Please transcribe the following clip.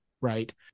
right